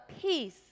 peace